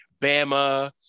Bama